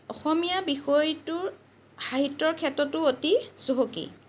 অসমীয়া বিষয়টো সাহিত্যৰ ক্ষেত্ৰতো অতি চহকী